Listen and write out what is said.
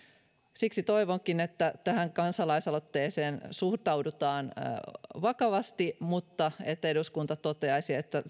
siksi toivonkin että tähän kansalaisaloitteeseen suhtaudutaan vakavasti mutta että eduskunta toteaisi että